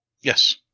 Yes